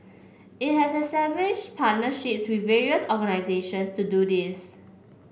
it has established partnerships with various organisations to do this